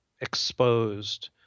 exposed